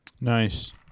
Nice